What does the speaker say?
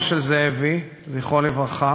ומעבר לכל מחלוקת או ויכוח,